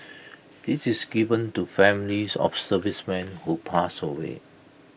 this is given to families of servicemen who pass away